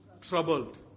troubled